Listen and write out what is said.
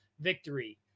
victory